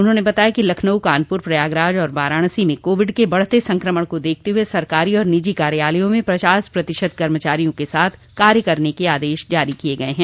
उन्होंने बताया कि लखनऊ कानपुर प्रयागराज वाराणसी में कोविड के बढ़ते संक्रमण को देखते हुए सरकारी और निजी कार्यालयों में पचास प्रतिशत कर्मचारियों के साथ कार्य करने का आदेश जारो किया जा रहा है